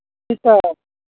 जी sir